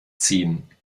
ziehen